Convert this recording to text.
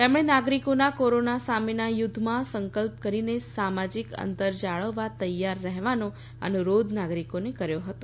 તેમણે નાગરિકોના કોરોના સામેના યુધ્ધમાં સંકલ્પ કરીને સામાજિક અંતર જાળવવા તૈયાર રહેવાનો અનુરોધ નાગરિકોને કર્યો હતો